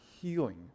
healing